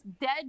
dead